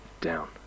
down